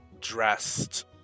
dressed